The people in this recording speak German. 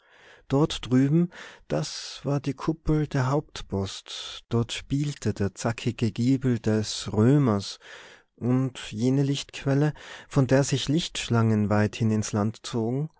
dort drüben das war die kuppel der hauptpost dort spielte der zackige giebel des römers und jene lichtquelle von der sich lichtschlangen weithin ins land zogen